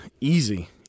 easy